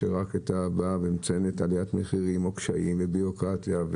וועדה, מציינת עליית מחירים או קשיים ובירוקרטיה.